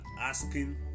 asking